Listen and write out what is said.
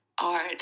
art